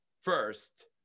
first